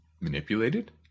manipulated